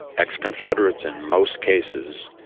ex-confederates in most cases,